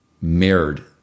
mirrored